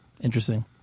interesting